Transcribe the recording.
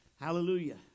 Hallelujah